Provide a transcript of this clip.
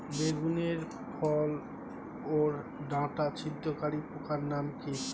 বেগুনের ফল ওর ডাটা ছিদ্রকারী পোকার নাম কি?